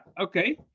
okay